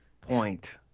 point